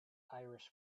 irish